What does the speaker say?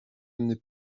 n’est